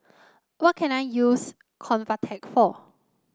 what can I use Convatec for